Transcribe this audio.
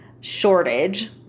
shortage